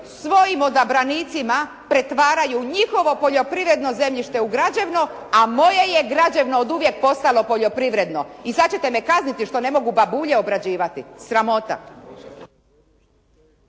svojim odabranicima pretvaraju njihovo poljoprivredno zemljište u građevno a moje je građevno oduvijek postalo poljoprivredno. I sad ćete me kazniti što ne mogu babulje obrađivati. Sramota.